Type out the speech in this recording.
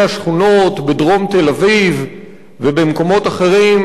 השכונות בדרום תל-אביב ובמקומות אחרים,